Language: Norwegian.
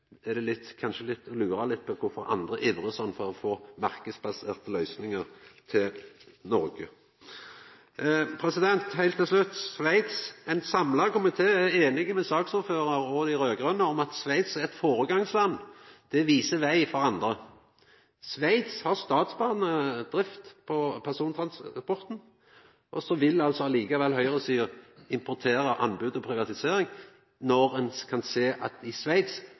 kanskje lura litt på kvifor andre ivrar slik for å få marknadsbaserte løysingar til Noreg. Heilt til slutt: Ein samla komité er einig med saksordføraren og dei raud-grøne om at Sveits er eit føregangsland. Dei viser veg for andre. Sveits har statsbanedrift på persontransporten. Likevel vil høgresida importera anbod og privatisering, sjølv om ein kan sjå at toget faktisk går på tida i Sveits,